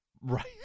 Right